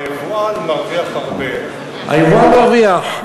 היבואן מרוויח הרבה, היבואן מרוויח.